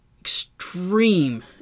extreme